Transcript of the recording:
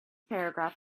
paragraph